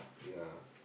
ya